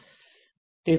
બઘું વિગતવાર શીખીશું